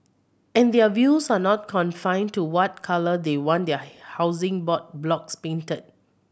and their views are not confined to what colour they want their Housing Board blocks painted